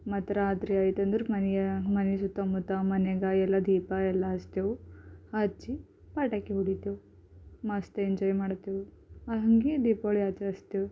ಮತ್ತೆ ರಾತ್ರಿ ಆಯಿತು ಅಂದರೆ ಮನೆಯ ಮನೆ ಸುತ್ತಮುತ್ತ ಮನ್ಯಾಗ ಎಲ್ಲ ದೀಪಾ ಎಲ್ಲ ಹಚ್ತೇವೆ ಹಚ್ಚಿ ಪಟಾಕಿ ಹೊಡಿತೇವೆ ಮಸ್ತ ಎಂಜಾಯ್ ಮಾಡ್ತೇವೆ ಹಂಗೆ ದೀಪಾವಳಿ ಆಚರಿಸ್ತೇವೆ